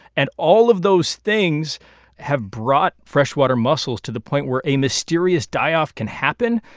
and all of those things have brought freshwater mussels to the point where a mysterious die-off can happen,